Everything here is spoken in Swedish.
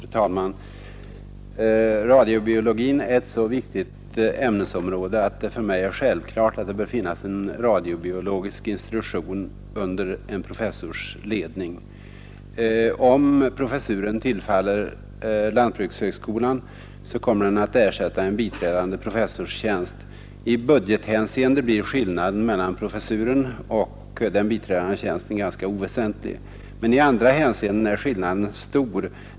Fru talman! Radiobiologin är ett så viktigt ämnesområde att det för mig är självklart att det bör finnas en radiobiologisk institution under en professors ledning. Om professuren tillfaller lantbrukshögskolan kommer den att ersätta en biträdande professorstjänst. I budgethänseende blir skillnaden mellan professuren och den biträdande tjänsten ganska oväsentlig. Men i andra hänseenden är skillnaden stor.